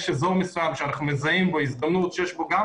יש אזור מסוים שאנחנו מזהים בו הזדמנות שיש בו